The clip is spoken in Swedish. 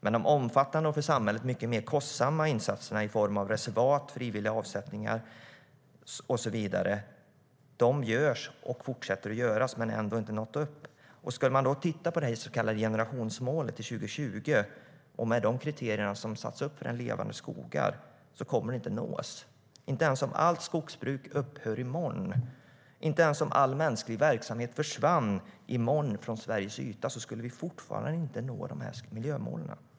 Men de mer omfattande och för samhället mer kostsamma insatserna i form av reservat, frivilliga avsättningar och så vidare görs och fortsätter att göras, men man har ändå inte nått målen. Låt oss titta på det så kallade generationsmålet till 2020. Med de kriterier som har satts upp för målet Levande skogar kommer målet inte att nås - inte ens om allt skogsbruk upphör i morgon. Även om all mänsklig verksamhet försvann i morgon från Sveriges yta skulle vi fortfarande inte nå miljömålen.